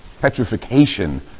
petrification